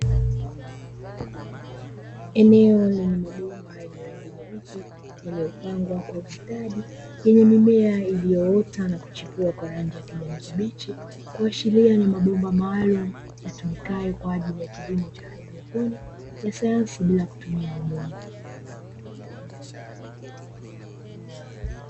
Eneo lenye mabomba yenye rangi nyeupe yaliyopangwa kwa ustadi yenye mimea iliyoota na kuchipua kwa rangi ya kijani kibichi, kuashiria ni mabomba yatumikayo kwa ajili ya kilimo cha haidroponi ya sayansi bila kutumia udongo.